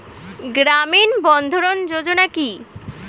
গ্রামীণ বন্ধরন যোজনা কি?